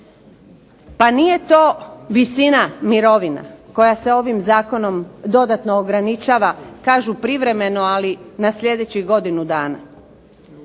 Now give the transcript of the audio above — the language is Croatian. pa nije to visina mirovina koja se ovim zakonom dodatno ograničava, kažu privremeno ali na sljedeću godinu dana,